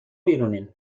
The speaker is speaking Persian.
بیرونین